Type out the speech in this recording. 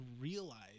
realize